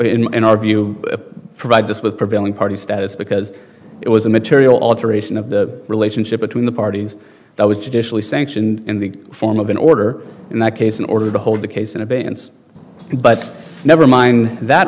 it in our view provide this with prevailing party status because it was a material alteration of the relationship between the parties that was judicially sanctioned in the form of an order in that case in order to hold the case in abeyance but never mind that